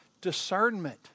discernment